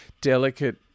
delicate